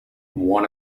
one